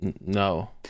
No